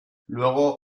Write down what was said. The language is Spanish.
luego